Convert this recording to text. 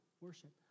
Worship